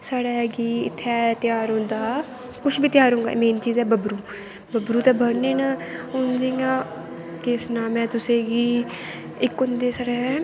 साढ़े कि इत्थै तेहार होंदा कुछ बी तेहार होगा मेन चीज ऐ बब्बरू बब्बरू ते बनने न हून जियां केह् सनां में तुसेंगी इक होंदे साढ़े